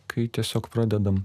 kai tiesiog pradedam